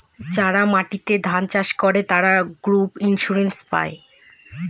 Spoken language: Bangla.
যারা মাটিতে ধান চাষ করে, তারা ক্রপ ইন্সুরেন্স পায়